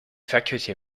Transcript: faculty